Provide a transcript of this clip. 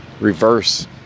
reverse